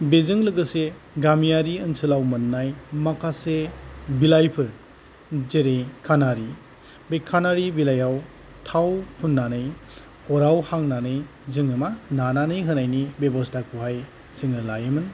बेजों लोगोसे गामियारि ओनसोलाव मोननाय माखासे बिलाइफोर जेरै खानारि बे खानारि बिलाइयाव थाव फुननानै अराव हांनानै जोङो मा नानानै होनायनि बेबसथाखौहाय जोङो लायोमोन